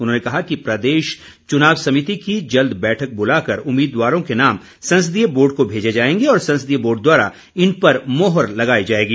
उन्होंने कहा कि प्रदेश चुनाव समिति की जल्द बैठक बुलाकर उम्मीदवारों के नाम संसदीय बोर्ड को भेजे जाएंगे और संसदीय बोर्ड द्वारा इन पर मोहर लगाई जाएगी